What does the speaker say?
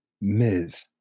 Ms